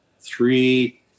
three